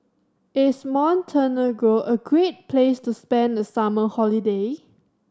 is Montenegro a great place to spend the summer holiday